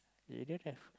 you don't have